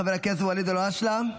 חבר הכנסת ואליד אלהואשלה,